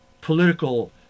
political